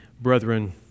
brethren